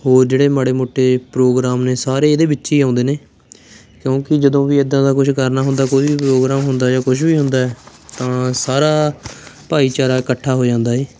ਹੋਰ ਜਿਹੜੇ ਮਾੜੇ ਮੋਟੇ ਪ੍ਰੋਗਰਾਮ ਨੇ ਸਾਰੇ ਇਹਦੇ ਵਿੱਚ ਹੀ ਆਉਂਦੇ ਨੇ ਕਿਉਂਕਿ ਜਦੋਂ ਵੀ ਇਦਾਂ ਦਾ ਕੁਝ ਕਰਨਾ ਹੁੰਦਾ ਕੋਈ ਵੀ ਪ੍ਰੋਗਰਾਮ ਹੁੰਦਾ ਜਾਂ ਕੁਝ ਵੀ ਹੁੰਦਾ ਤਾਂ ਸਾਰਾ ਭਾਈਚਾਰਾ ਇਕੱਠਾ ਹੋ ਜਾਂਦਾ ਏ